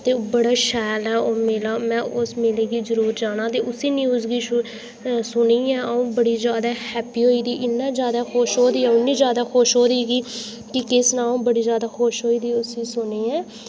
में बड़ी खुश आं में बड़ी हैप्पी होई दी मे बड़ी इंटरस्टड होई दी के ओह् मैं बैसाखी दा मेला अऊं दिखना ते बड़ा शैल ऐ ओह् मेला में उत्थै जाना उस मेले गी में जरुर जाना